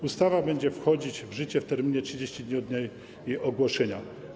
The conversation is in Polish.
Ustawa będzie wchodzić w życie w terminie 30 dni od dnia jej ogłoszenia.